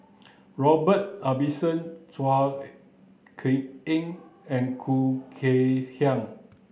Robert Ibbetson Chua Kay and Khoo Kay Hian